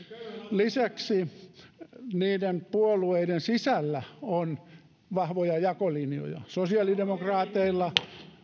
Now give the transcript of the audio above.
lisäksi näiden puolueiden sisällä on vahvoja jakolinjoja sosiaalidemokraateilla